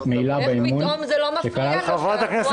מעילה באמון ----- איך פתאום זה לא מפריע לכם.